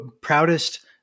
proudest